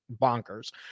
bonkers